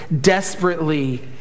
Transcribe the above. desperately